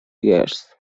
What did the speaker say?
years